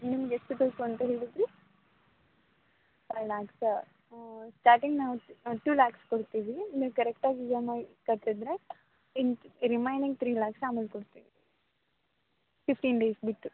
ನಿಮ್ಗೆ ಎಷ್ಟುಬೇಕು ಅಂತ ಹೇಳಿದಿರಿ ಫೈವ್ ಲ್ಯಾಕ್ಸಾ ಸ್ಟಾರ್ಟಿಂಗ್ ನಾವು ಟೂ ಲ್ಯಾಕ್ಸ್ ಕೊಡ್ತೀವಿ ನೀವು ಕರೆಕ್ಟಾಗಿ ಇ ಎಮ್ ಐ ಕಟ್ಟಿದ್ರೆ ಇನ್ನು ರಿಮೈನಿಂಗ್ ತ್ರೀ ಲ್ಯಾಕ್ಸ್ ಆಮೇಲೆ ಕೊಡ್ತೀವಿ ಫಿಫ್ಟೀನ್ ಡೇಸ್ ಬಿಟ್ಟು